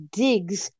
digs